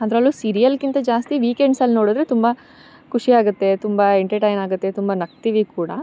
ಅದ್ರಲ್ಲೂ ಸೀರಿಯಲ್ಗಿಂತ ಜಾಸ್ತಿ ವೀಕೆಂಡ್ಸಲ್ಲಿ ನೋಡಿದ್ರೆ ತುಂಬ ಖುಷಿಯಾಗುತ್ತೆ ತುಂಬ ಎಂಟರ್ಟೈನ್ ಆಗುತ್ತೆ ತುಂಬ ನಗ್ತೀವಿ ಕೂಡ